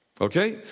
Okay